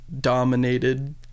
dominated